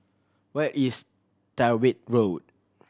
where is Tyrwhitt Road